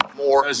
more